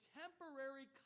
temporary